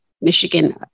Michigan